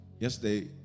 Yesterday